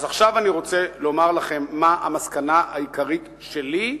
אז עכשיו אני רוצה לומר לכם מה המסקנה העיקרית שלי,